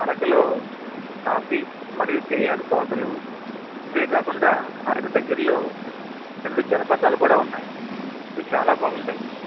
అరకులో కాఫీ మరియు తేయాకు తోటలు ఇవే కాకుండా అరకు దగ్గరలో రెండు జలపాతాలు కూడా ఉన్నాయి అవి చాలా బాగుంటాయి మీకు